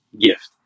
gift